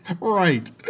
right